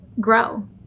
grow